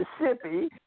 Mississippi